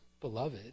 beloved